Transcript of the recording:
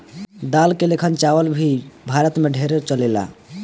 दाल के लेखन चावल भी भारत मे ढेरे चलेला